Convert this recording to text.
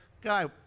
guy